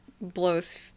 blows